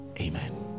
Amen